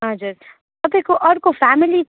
हजुर तपाईँको अर्को फ्यामिली